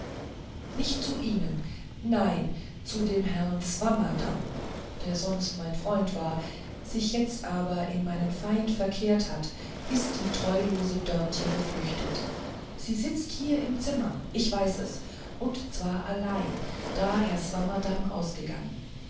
nicht zu ihnen nein zu dem herrn swammerdamm der sonst mein freund war sich aber jetzt in meinen feind verkehrt hat ist die treulose dörtje geflüchtet sie sitzt hier im zimmer ich weiß es und zwar allein da herr swammerdamm ausgegangen